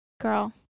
Girl